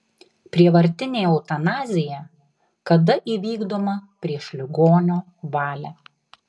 prievartinė eutanazija kada įvykdoma prieš ligonio valią